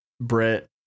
Brett